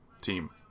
team